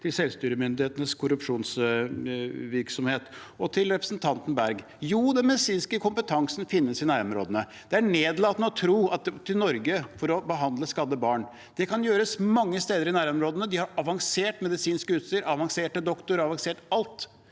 selvstyremyndighetenes korrupsjonsvirksomhet. Til representanten Berg: Jo, den medisinske kompetansen finnes i nærområdene. Det er nedlatende å tro at man må til Norge for å behandle skadde barn. Det kan gjøres mange steder i nærområdene, de har avansert medisinsk utstyr, avanserte doktorer, avansert alt